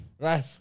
Right